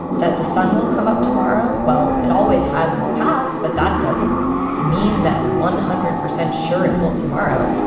that the sun will come up tomorrow. well, it always has in the past, but that doesn't mean that one hundred percent sure it will tomorrow.